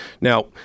Now